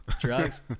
Drugs